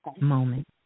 moment